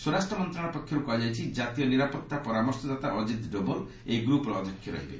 ସ୍ୱରାଷ୍ଟ୍ର ମନ୍ତ୍ରଣାଳୟ ପକ୍ଷରୁ କୁହାଯାଇଛି ଯେ ଜାତୀୟ ନିରାପତ୍ତା ପରାମର୍ଶଦାତା ଅଜିତ ଡୋବାଲ୍ ଏହି ଗ୍ରପ୍ର ଅଧ୍ୟକ୍ଷ ରହିବେ